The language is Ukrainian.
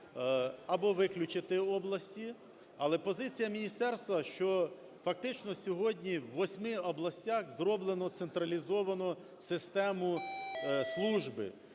або виключити області, але позиція міністерства, що фактично сьогодні у восьми областях зроблено централізовану систему служби